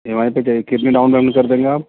E M I پہ چاہیے کتنی ڈاؤن پیمنٹ کر دیں گے آپ